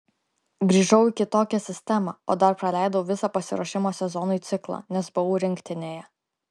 grįžau į kitokią sistemą o dar praleidau visą pasiruošimo sezonui ciklą nes buvau rinktinėje